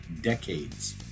decades